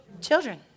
Children